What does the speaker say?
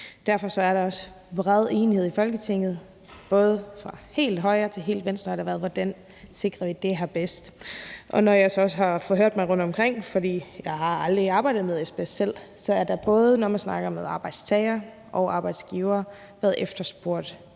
Derfor er der også bred enighed i Folketinget, både helt fra højre og helt til venstre, om, at vi skal sikre det her bedst muligt. Når jeg så også har forhørt mig rundtomkring, for jeg har aldrig arbejdet med asbest selv, har der, både når man snakker med arbejdstagere og arbejdsgivere, været efterspurgt